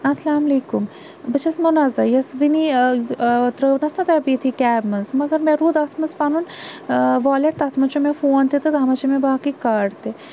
اَسَلامُ علیکُم بہٕ چھَس مُنَزا یۄس وٕنی ترٛٲوس نہَ بہٕ کیب مَنٛز مگر مےٚ روٗد اتھ مَنٛز پَنُن والیٚٹ تَتھ مَنٛز چھُ مےٚ فون تِتہٕ تَتھ مَنٛز چھِ مےٚ باقٕے کاڑ تہِ